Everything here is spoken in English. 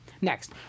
Next